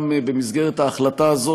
גם במסגרת ההחלטה הזאת,